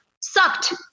sucked